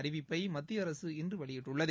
அறிவிப்பை மத்திய அரசு இன்று வெளியிட்டுள்ளது